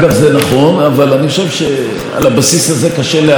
צריך ללכת עכשיו לבחירות ולפזר את הכנסת.